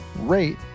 rate